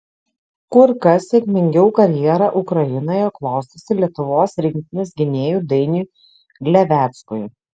kur kas sėkmingiau karjera ukrainoje klostosi lietuvos rinktinės gynėjui dainiui gleveckui